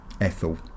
Ethel